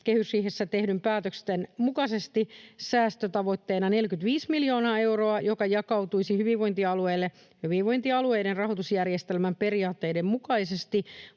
kehysriihessä tehdyn päätöksen mukaisesti säästötavoitteena 45 miljoonaa euroa, joka jakautuisi hyvinvointialueille hyvinvointialueiden rahoitusjärjestelmän periaatteiden mukaisesti